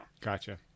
gotcha